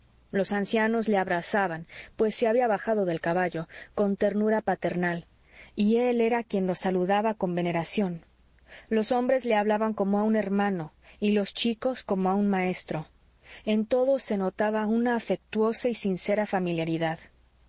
los ancianos le abrazaban pues se había bajado del caballo con ternura paternal y él era quien los saludaba con veneración los hombres le hablaban como a un hermano y los chicos como a un maestro en todos se notaba una afectuosa y sincera familiaridad